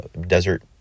desert